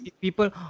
people